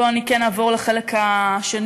פה אני כן אעבור לחלק השני,